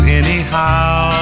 anyhow